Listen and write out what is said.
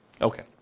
okay